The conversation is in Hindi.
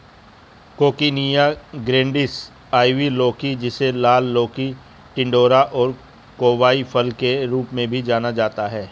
कोकिनिया ग्रैंडिस, आइवी लौकी, जिसे लाल लौकी, टिंडोरा और कोवाई फल के रूप में भी जाना जाता है